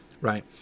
right